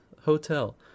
hotel